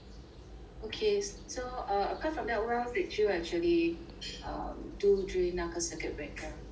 okay so uh apart from that what else did you actually um do during 那个 circuit breaker